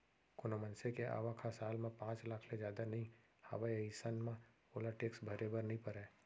कोनो मनसे के आवक ह साल म पांच लाख ले जादा नइ हावय अइसन म ओला टेक्स भरे बर नइ परय